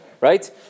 right